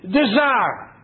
desire